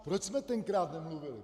Proč jsme tenkrát nemluvili?